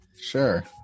Sure